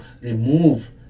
remove